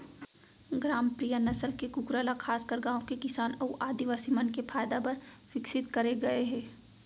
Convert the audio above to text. ग्रामप्रिया नसल के कूकरा ल खासकर गांव के किसान अउ आदिवासी मन के फायदा बर विकसित करे गए हे